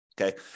Okay